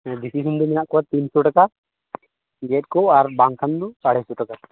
ᱦᱮᱸ ᱫᱤᱥᱤ ᱥᱤᱢ ᱫᱚ ᱢᱮᱱᱟᱜ ᱠᱚᱣᱟ ᱛᱤᱱ ᱥᱚ ᱴᱟᱠᱟ ᱜᱮᱫ ᱠᱚ ᱟᱨ ᱵᱟᱝ ᱠᱷᱟᱱ ᱫᱚ ᱟᱲᱟᱭᱥᱚ ᱴᱟᱠᱟ